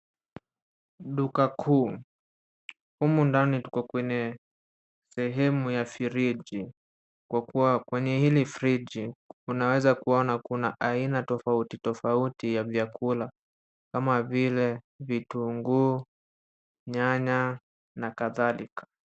Duka kuu, humu ndani tuko kwenye sehemu ya friji kwa kuwa kwenye hili friji unaweza kuona kuna aina tofauti tofauti ya vyakula kama vile vitunguu, nyanya na kadhalika.